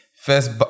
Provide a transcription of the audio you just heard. first